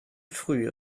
früh